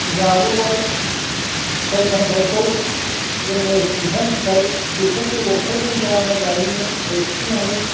जाबोबाय फिथा सामथाइखौ जोङो सुमफ्राम फिथाय बेखौबो अरखावनानै जा जायोमोन अरख्रुबनानै